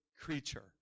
creature